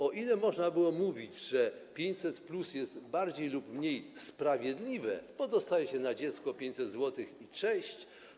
O ile można było mówić, że 500+ jest bardziej lub mniej sprawiedliwe, bo dostaje się na dziecko 500 zł i cześć.